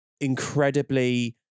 incredibly